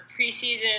preseason